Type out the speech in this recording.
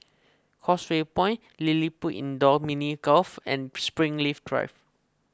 Causeway Point LilliPutt Indoor Mini Golf and Springleaf Drive